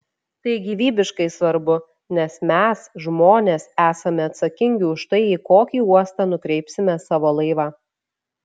tai gyvybiškai svarbu nes mes žmonės esame atsakingi už tai į kokį uostą nukreipsime savo laivą